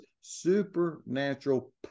supernatural